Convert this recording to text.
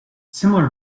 similar